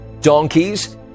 donkeys